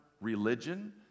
religion